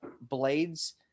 blades